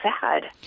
sad